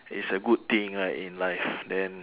it's a good thing lah in life then